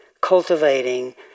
cultivating